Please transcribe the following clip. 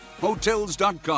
Hotels.com